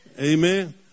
Amen